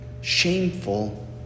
shameful